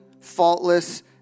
faultless